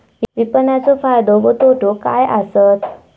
विपणाचो फायदो व तोटो काय आसत?